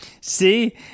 See